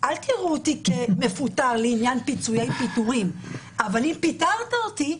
אל תראו אותי כמפוטרת לעניין פיצויי פיטורים אבל אם פיטרת אותי,